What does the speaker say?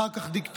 אחר כך דיקטטורה.